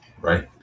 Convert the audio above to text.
right